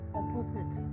opposite